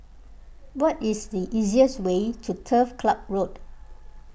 what is the easiest way to Turf Club Road